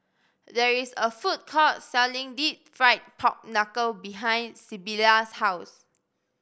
there is a food court selling Deep Fried Pork Knuckle behind Sybilla's house